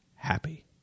happy